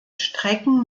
strecken